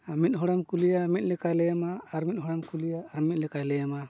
ᱟᱨ ᱢᱤᱫ ᱦᱚᱲᱮᱢ ᱠᱩᱞᱤᱭᱮᱭᱟ ᱢᱤᱫ ᱞᱮᱠᱟᱭ ᱞᱟᱹᱭᱟᱢᱟ ᱟᱨ ᱢᱤᱫ ᱦᱚᱲᱮᱢ ᱠᱩᱞᱤᱭᱮᱭᱟ ᱟᱨ ᱢᱤᱫ ᱞᱮᱠᱟᱭ ᱞᱟᱹᱭᱟᱢᱟ